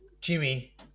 Jimmy